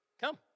come